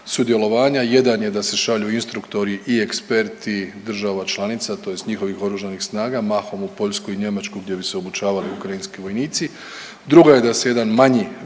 sudjelovanja. Jedan je da se šalju instruktori i eksperti država članica tj. njihovih oružanih snaga mahom u Poljsku i Njemačku gdje bi se obučavali ukrajinski vojnici. Druga je da se jedan manji